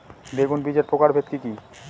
বেগুন বীজের প্রকারভেদ কি কী?